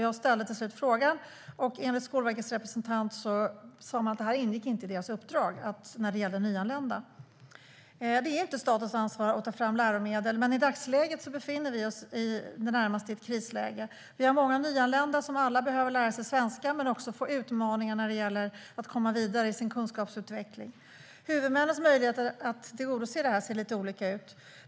Jag ställde till slut frågan, och Skolverkets representanter sa att det inte ingår i deras uppdrag när det gäller nyanlända. Det är inte statens ansvar att ta fram läromedel, men i dagsläget befinner vi oss i det närmaste i en krissituation. Vi har många nyanlända som alla behöver lära sig svenska men också få utmaningar när det gäller att komma vidare i sin kunskapsutveckling. Huvudmännens möjligheter att tillgodose detta ser lite olika ut.